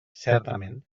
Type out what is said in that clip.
certament